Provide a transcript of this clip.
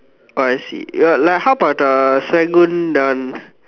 oh I see uh like how about the Serangoon that one